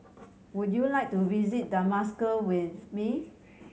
would you like to visit Damascus with me